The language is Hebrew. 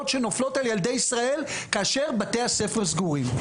שנופלות על ילדי ישראל כאשר בתי הספר סגורים.